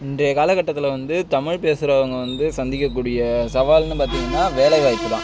இன்றைய காலக்கட்டத்தில் வந்து தமிழ் பேசுறவங்க வந்து சந்திக்கக்கூடிய சவால்னு பார்த்திங்கன்னா வேலைவாய்ப்புதான்